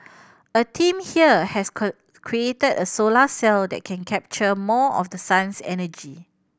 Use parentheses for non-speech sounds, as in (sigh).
a team here has (unintelligible) created a solar cell that can capture more of the sun's energy